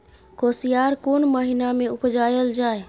कोसयार कोन महिना मे उपजायल जाय?